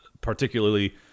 particularly